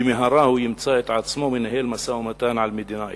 במהרה הוא ימצא את עצמו מנהל משא-ומתן על מדינה אחת,